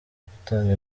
gutanga